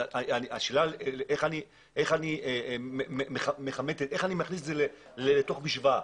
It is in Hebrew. השאלה איך אני מכניס את זה לתוך משוואה.